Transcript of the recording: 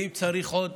ואם צריך עוד,